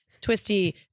twisty